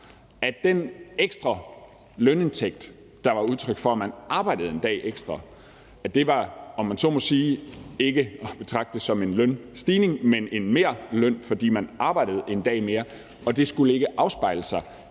at den ekstra lønindtægt, der var udtryk for, at man arbejdede en dag ekstra, ikke, om jeg så må sige, var at betragte som en lønstigning, men en merløn, fordi man arbejdede en dag mere, og det skulle ikke afspejle sig